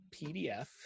PDF